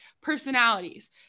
personalities